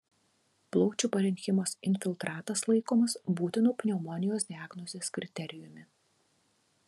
plaučių parenchimos infiltratas laikomas būtinu pneumonijos diagnozės kriterijumi